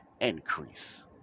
increase